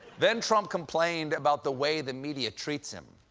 then trump complained about the way the media treats him.